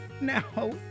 Now